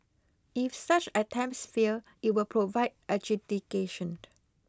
if such attempts fail it will provide adjudication